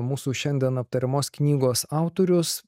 mūsų šiandien aptariamos knygos autorius